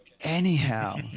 Anyhow